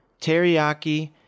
Teriyaki